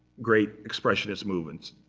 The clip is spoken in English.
great expressionist movements,